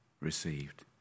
received